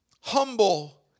humble